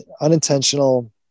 unintentional